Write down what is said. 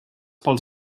pels